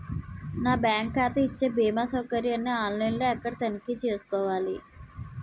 నా బ్యాంకు ఖాతా ఇచ్చే భీమా సౌకర్యాన్ని ఆన్ లైన్ లో ఎక్కడ తనిఖీ చేసుకోవాలి?